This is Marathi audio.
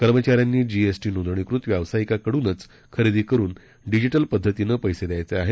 कर्मचाऱ्यांनी जीएसटी नोंदणीकृत व्यावसायिकाकडूनच खरेदी करून डिजिटल पद्धतीनं पैसे द्यायचे आहेत